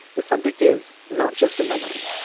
the subject is not just a memory,